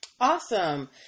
Awesome